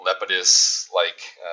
lepidus-like